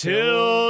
Till